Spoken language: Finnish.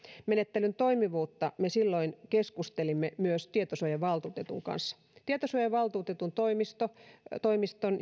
menettelyn toimivuudesta me silloin keskustelimme myös tietosuojavaltuutetun kanssa tietosuojavaltuutetun toimiston